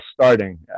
starting